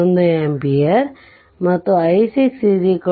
11 amper ಮತ್ತು i6 1